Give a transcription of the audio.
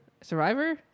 Survivor